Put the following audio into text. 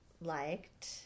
liked